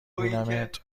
بینمت